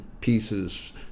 pieces